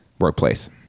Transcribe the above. workplace